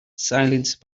silence